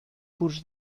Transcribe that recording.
curs